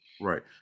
Right